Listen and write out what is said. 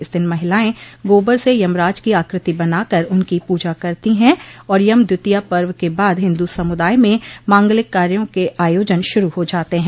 इस दिन महिलाएं गोबर से यमराज की आकृति बनाकर उनकी पूजा करती है और यम द्वितिया पर्व के बाद हिन्दु समुदाय में मांगलिक कार्यो के आयोजन शुरू हो जाते हैं